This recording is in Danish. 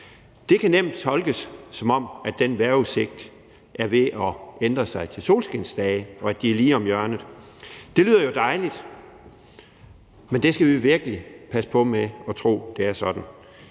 Det kan nemt tolkes, som om den vejrudsigt er ved at ændre sig til solskinsdage og de er lige om hjørnet. Det lyder jo dejligt, men det skal vi virkelig passe på med at tro på.